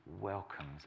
welcomes